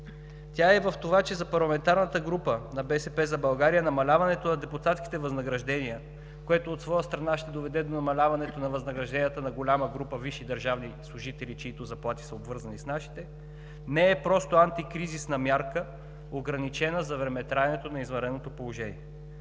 тя е и в това, че за парламентарната група на „БСП за България“ намаляването на депутатските възнаграждения, което от своя страна ще доведе до намаляването на възнагражденията на голяма група висши държавни служители, чиито заплати са обвързани с нашите, не е просто антикризисна мярка, ограничена за времетраенето на извънредното положение.